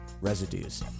residues